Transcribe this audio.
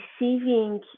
receiving